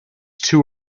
too